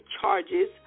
charges